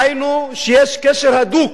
היינו, שיש קשר הדוק